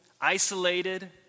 isolated